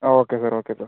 ആ okay sir okay sir